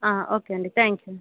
okay అండి thank you